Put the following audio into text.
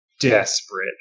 desperate